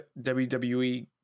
WWE